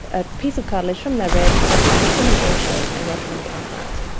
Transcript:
a piece of cartilage from their rib, they can make them an ear shape and they can implant that.